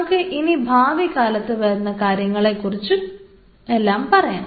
നമുക്ക് ഇനി ഭാവി കാലത്ത് വരുന്ന കാര്യങ്ങളെക്കുറിച്ചും എല്ലാം പറയാം